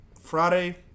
Friday